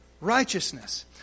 righteousness